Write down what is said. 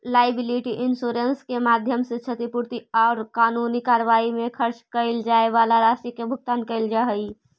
liability insurance के माध्यम से क्षतिपूर्ति औउर कानूनी कार्रवाई में खर्च कैइल जाए वाला राशि के भुगतान कैइल जा हई